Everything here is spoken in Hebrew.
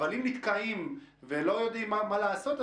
אבל אם נתקעים ולא יודעים מה לעשות,